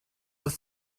with